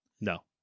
No